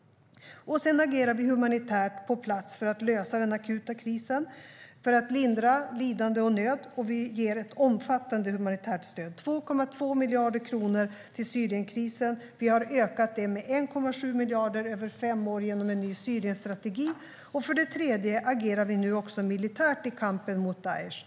För det andra agerar vi humanitärt på plats för att lösa den akuta krisen och lindra lidande och nöd. Vi ger ett omfattande humanitärt stöd: 2,2 miljarder kronor till Syrienkrisen. Vi har ökat det med 1,7 miljarder över fem år genom en ny Syrienstrategi. För det tredje agerar vi nu också militärt i kampen mot Daish.